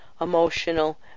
emotional